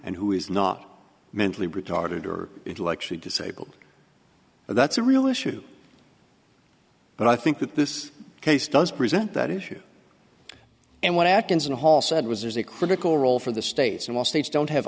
and who is not mentally retarded or intellectually disabled and that's a real issue but i think that this case does present that issue and what happens in a hall said was there's a critical role for the states and all states don't have